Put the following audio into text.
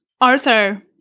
Arthur